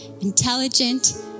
intelligent